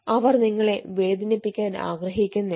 അവർ നിങ്ങളെ വേദനിപ്പിക്കാൻ ആഗ്രഹിക്കുന്നില്ല